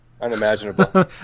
unimaginable